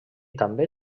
també